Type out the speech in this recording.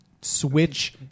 switch